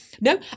No